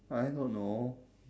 I don't know